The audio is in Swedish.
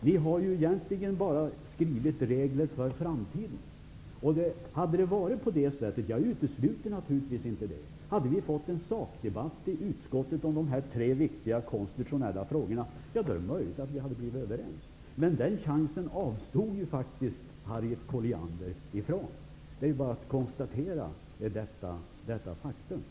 Ni har ju egentligen bara skrivit regler för framtiden. Om vi hade fått en sakdebatt i utskottet om de här tre viktiga konstitutionella frågorna är det möjligt att vi hade kunnat bli överens. Men den chansen avstod faktiskt Harriet Colliander från. Detta är bara ett faktum att konstatera.